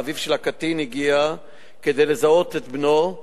ואביו של הקטין הגיע כדי לזהות את בנו.